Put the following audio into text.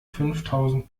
fünftausend